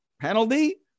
Penalty